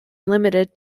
limited